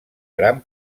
gran